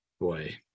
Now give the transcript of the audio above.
boy